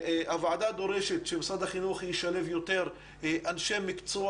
הוועדה דורשת שמשרד החינוך ישלב יותר אנשי מקצוע